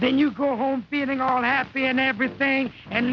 then you go home feeling all happy and everything and